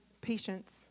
patience